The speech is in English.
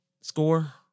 score